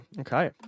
Okay